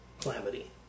calamity